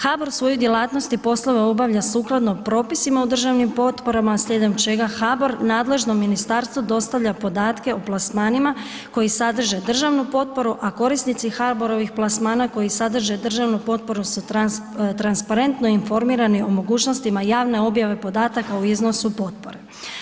HBOR svoju djelatnost i poslove obavlja sukladno propisima u državnim potporama slijedom čega HBOR nadležnom ministarstvu dostavlja podatke o plasmanima koji sadrže državnu potporu, a korisnici HBOR-ovih plasmana koji sadrže državnu potporu su transparentno informirani o mogućnostima javne objave podataka o iznosu potpore.